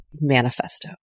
manifesto